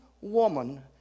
woman